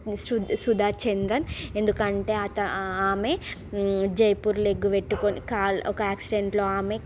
సుధ సుధా చందన్ ఎందుకంటే ఆమె జైపూర్ లెగ్ వెట్టుకుని కాలు ఒక యాక్సిడెంట్లో ఆమె